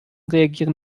reagieren